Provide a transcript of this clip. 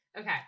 Okay